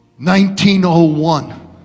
1901